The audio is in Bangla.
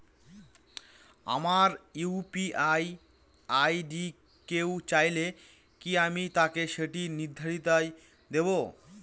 আমার ইউ.পি.আই আই.ডি কেউ চাইলে কি আমি তাকে সেটি নির্দ্বিধায় দেব?